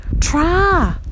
Try